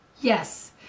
Yes